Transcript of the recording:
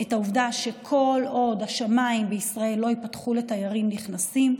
את העובדה שכל עוד השמיים בישראל לא ייפתחו לתיירים נכנסים,